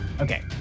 Okay